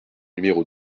numéro